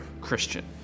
Christian